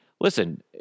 Listen